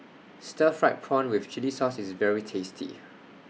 Stir Fried Prawn with Chili Sauce IS very tasty